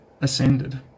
ascended